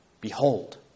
Behold